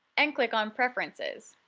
and click on preferences.